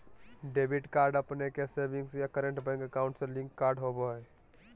debit card अपने के savings या करंट बैंक अकाउंट से लिंक्ड कार्ड होबा हइ